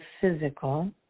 physical